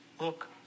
look